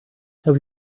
have